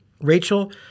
Rachel